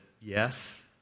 yes